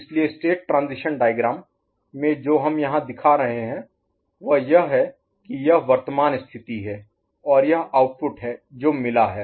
इसलिए state transition diagram में जो हम यहां दिखा रहे हैं वह यह है कि यह वर्तमान स्थिति है और यह आउटपुट है जो मिला है